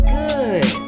good